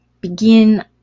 begin